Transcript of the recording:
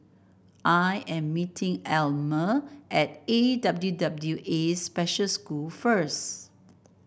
I am meeting Almer at A W W A Special School first